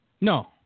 No